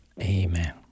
Amen